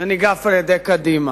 וניגף על-ידי קדימה.